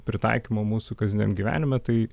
pritaikymo mūsų kasdieniam gyvenime tai